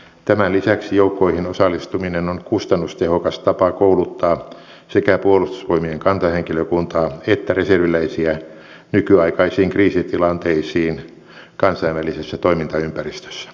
tämän lisäksi joukkoihin osallistuminen on kustannustehokas tapa kouluttaa sekä puolustusvoimien kantahenkilökuntaa että reserviläisiä nykyaikaisiin kriisitilanteisiin kansainvälisessä toimintaympäristössä